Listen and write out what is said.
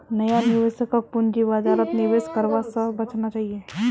नया निवेशकक पूंजी बाजारत निवेश करवा स बचना चाहिए